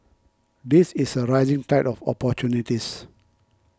this is a rising tide of opportunities